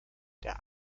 der